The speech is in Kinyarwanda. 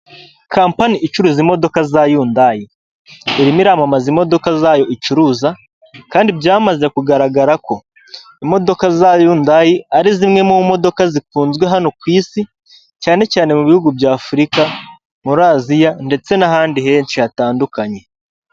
Kampani icuruza imodoka za yundayi irimo iramamaza imodoka zayo icuruza, kandi byamaze kugaragara ko imodoka za yundayi ari zimwe mu modoka zikunzwe hano ku isi, cyane cyane mu bihugu bya afurika, muri aziya ndetse n'ahandi henshi hatandukanye.